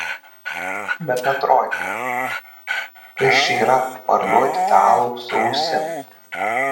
bet atrodė kas čia yra parduoti tą alų su ausim